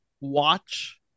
watch